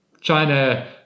China